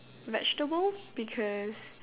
vegetable because